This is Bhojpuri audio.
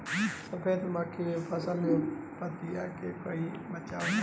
सफेद मक्खी से फसल के पतिया के कइसे बचावल जाला?